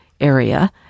area